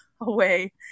away